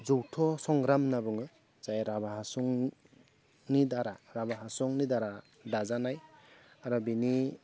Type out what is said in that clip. जौथ' संग्राम होनना बुङो जाय राभा हासंनि दारै दाजानाय आरो बेनि